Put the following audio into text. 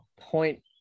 point